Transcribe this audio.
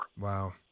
Wow